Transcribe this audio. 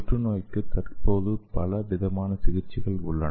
புற்றுநோய்க்கு தற்போது பல விதமான சிகிச்சைகள் உள்ளன